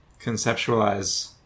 conceptualize